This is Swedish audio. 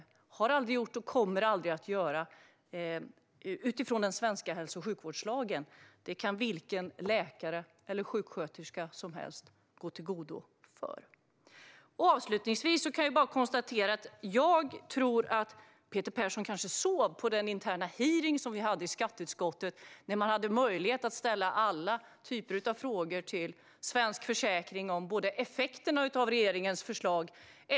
Det har det aldrig gjort och kommer aldrig att göra utifrån den svenska sjukvårdslagen; det kan vilken läkare eller sjuksköterska som helst gå i god för. Avslutningsvis kan jag bara konstatera att Peter Persson kanske sov på den interna hearing vi hade i skatteutskottet, där man hade möjlighet att ställa alla typer av frågor till Svensk Försäkring om effekterna av regeringens förslag.